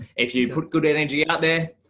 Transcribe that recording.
if you put good energy out there,